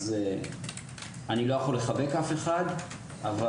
אז אני לא יכול לחבק אף אחד אבל